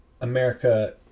America